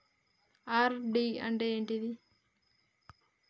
RD అంటే ఏంటిది?